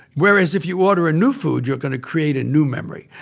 whereas if you order a new food, you're going to create a new memory.